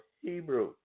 Hebrew